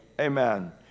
Amen